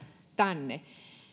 tänne